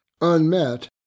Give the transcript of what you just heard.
unmet